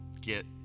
get